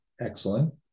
excellent